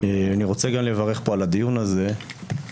אני רוצה גם לברך פה על הדיון הזה כי